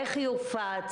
איך יופץ?